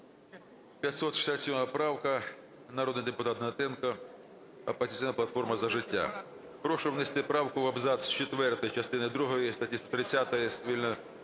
567 правка, народний депутат Гнатенко, "Опозиційна платформа - За життя". Прошу внести правку в абзац четвертий частини другої статті 130